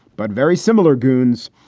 but very similar goons.